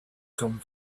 come